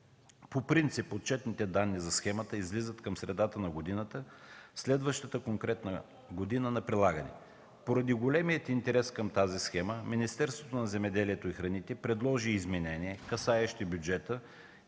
По принцип отчетните данни за схемата излизат към средата на годината, следваща конкретната година на прилагане. Поради големия интерес към тази схема Министерството на земеделието и храните предложи изменения, касаещи бюджета